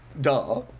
Duh